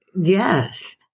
Yes